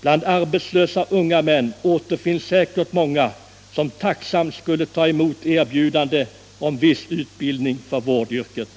Bland arbetslösa unga män återfinns säkert många som tacksamt skulle ta emot erbjudande om viss utbildning för vårdyrket.